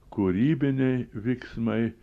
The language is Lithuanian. kūrybiniai veiksmai